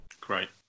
great